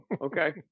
okay